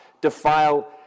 defile